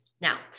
Now